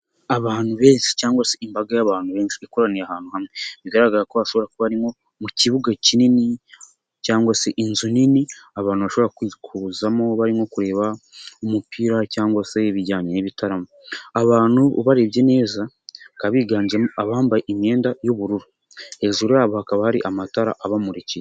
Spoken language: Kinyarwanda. Abantu benshi cyangwa se imbaga y'abantu benshi ikoraniye ahantu hamwe bigaragara ko hashobora kuba ari nko mu kibuga kinini cyangwa se inzu nini abantu bashobora kuzamo barimo kureba umupira cyangwa se ibijyanye n'ibitaramo, abantu ubarebye neza bakaba biganjemo abambaye imyenda y'ubururu, hejuru yabo hakaba hari amatara abamurikiye.